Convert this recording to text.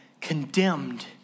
condemned